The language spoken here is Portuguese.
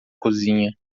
cozinha